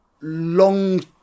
long